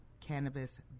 Cannabis